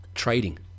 Trading